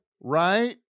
Right